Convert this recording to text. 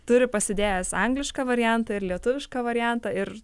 turi pasidėjęs anglišką variantą ir lietuvišką variantą ir